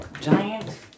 giant